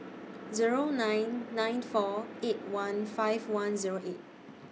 Zero nine nine four eight one five one Zero eight